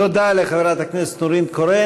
תודה לחברת הכנסת נורית קורן.